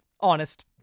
Honest